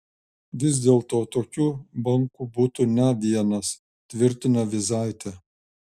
vis dėlto tokių bankų būtų ne vienas tvirtino vyzaitė